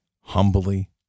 humbly